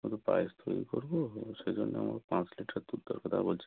আমি তো পায়েস তৈরি করব সেজন্যে আমার পাঁচ লিটার দুধ দরকার তাই বলছি